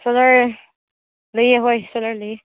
solar ꯂꯩꯌꯦ ꯍꯣꯏ solar ꯂꯩꯌꯦ